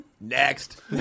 next